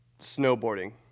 snowboarding